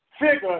figure